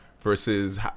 versus